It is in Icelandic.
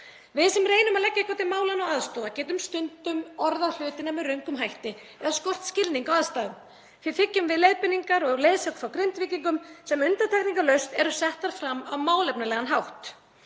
Við sem reynum að leggja eitthvað til málanna og aðstoða getum stundum orðað hlutina með röngum hætti eða skort skilning á aðstæðum. Því þiggjum við leiðbeiningar og leiðsögn frá Grindvíkingum sem undantekningarlaust eru settar fram á málefnalegan hátt.